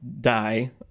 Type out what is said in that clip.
die